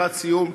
לקראת סיום,